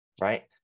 right